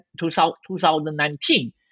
2019